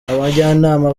abajyanama